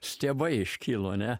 stiebai iškilo ne